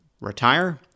retire